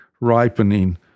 ripening